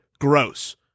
gross